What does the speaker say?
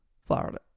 Florida